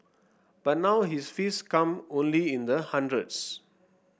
but now his fees come only in the hundreds